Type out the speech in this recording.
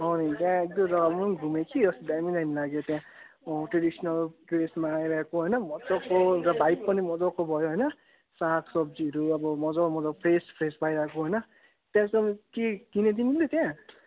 अँ नि त्यहाँ एक दुई जग्गा म पनि घुमेँ कि अस्ति दामी दामी लाग्यो त्यहाँ ट्रेडिसनल ड्रेसमा आइरहेको होइन मज्जाको एउटा भाइभ पनि मज्जाको भयो होइन साग सब्जीहरू अब मज्जा मज्जा फ्रेस फ्रेस पाइरहेको होइन त्यसमा पनि के किन्यौ तिमीले त्यहाँ